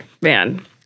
Man